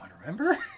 remember